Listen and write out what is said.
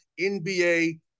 NBA